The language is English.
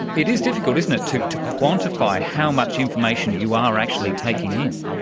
it is difficult, isn't it, to to quantify how much information you are actually taking in.